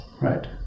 Right